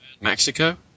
Mexico